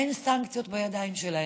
אין סנקציות בידיים שלהם.